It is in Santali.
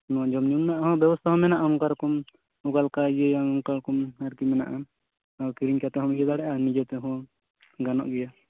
ᱡᱚᱢ ᱧᱩ ᱨᱮᱱᱟᱜ ᱦᱚᱸ ᱵᱮᱵᱚᱥᱛᱟ ᱚᱱᱠᱟ ᱨᱚᱠᱚᱢ ᱚᱱᱠᱟ ᱞᱮᱠᱟ ᱤᱭᱟᱹ ᱭᱟᱢ ᱚᱱᱠᱟ ᱨᱚᱠᱚᱢ ᱟᱨᱠᱤ ᱢᱮᱱᱟᱜᱼᱟ ᱠᱤᱨᱤᱧ ᱠᱟᱛᱮᱫ ᱦᱚᱸᱢ ᱤᱭᱟᱹ ᱫᱟᱲᱮᱜᱼᱟ ᱱᱤᱡᱮ ᱛᱮᱦᱚᱸ ᱜᱟᱱᱚᱜ ᱜᱮᱭᱟ